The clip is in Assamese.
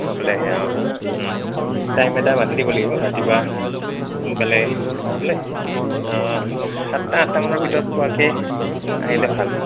সোনকালে আহে অঁ টাইম এটা বান্ধি দিব লাগিব ৰাতিপুৱা সোনকালে আহি পেলাই অঁ সাতটা আঠটামানৰ ভিতৰত পোৱাকৈ আহিলে ভাল